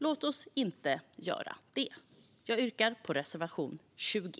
Låt oss inte göra det. Jag yrkar bifall till reservation 20.